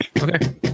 okay